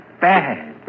bad